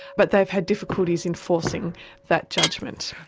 but they've had difficulties enforcing that judgment.